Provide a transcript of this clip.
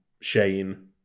Shane